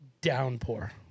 downpour